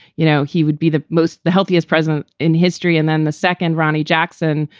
you know, he would be the most the healthiest president in history. and then the second ronnie jackson,